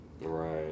Right